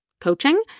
coaching